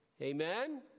Amen